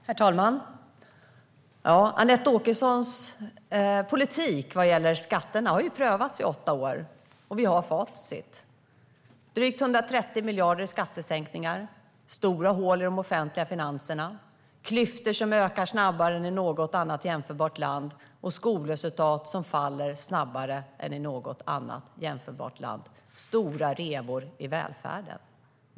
Herr talman! Anette Åkessons politik vad gäller skatterna har prövats i åtta år, och vi har facit. Drygt 130 miljarder i skattesänkningar, stora hål i de offentliga finanserna, klyftor som ökar snabbare än i något annat jämförbart land och skolresultat som faller snabbare än i något annat jämförbart land. Det är stora revor i välfärden.